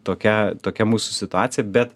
tokia tokia mūsų situacija bet